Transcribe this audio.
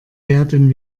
werden